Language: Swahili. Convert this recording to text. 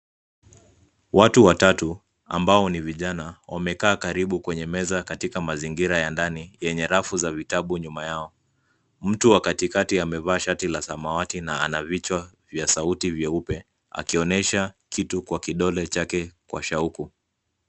Watu watatu ambao ni vijana wamekaa karibu kwenye meza katika mazingira ya ndani yenye rafu za vitabu nyuma yao. Mtu wa katikati amevaa shati la samawati na ana vichwa vya sauti vyeupe akionyesha kitu kwa kidole chake kwa shauku.